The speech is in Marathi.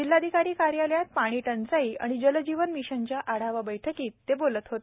जिल्हाधिकारी कार्यालयात पाणी टंचाई आणि जलजीवन मिशनच्या आढावा बैठकीत ते बोलत होते